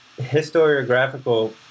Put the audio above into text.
historiographical